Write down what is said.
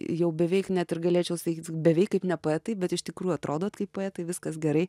jau beveik net ir galėčiau sakyt beveik kaip ne poetai bet iš tikrųjų atrodot kaip poetai viskas gerai